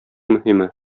мөһиме